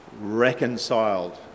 reconciled